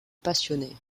passionnait